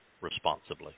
responsibly